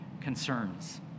Concerns